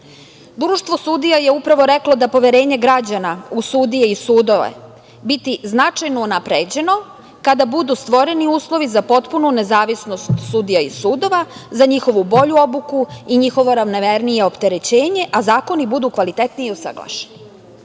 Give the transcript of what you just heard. okvir. Društvo sudija je upravo reklo da će poverenje građana u sudije i sudove biti značajno unapređeno kada budu stvoreni uslovi za potpunu nezavisnost sudija i sudova, za njihovu bolju obuku i njihovo ravnomernije opterećenje, a zakoni budu kvalitetniji i usaglašeni. Ne